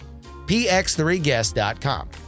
px3guest.com